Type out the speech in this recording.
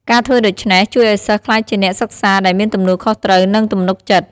ការធ្វើដូច្នេះជួយឲ្យសិស្សក្លាយជាអ្នកសិក្សាដែលមានទំនួលខុសត្រូវ និងទំនុកចិត្ត។